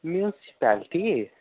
municipality